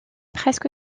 presque